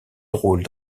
drôles